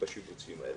בשיבוצים האלה.